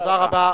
תודה רבה.